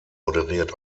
moderiert